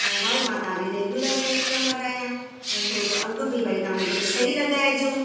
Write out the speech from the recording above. ऐं भाऊ मां तव्हांजी रेगुलर कस्टंबर आहियां त थोरो अघु बि भई तव्हां मुंहिंजो सही लॻाइजो